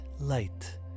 light